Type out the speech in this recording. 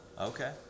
Okay